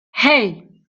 hey